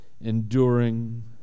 enduring